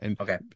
Okay